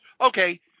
okay